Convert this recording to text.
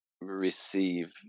receive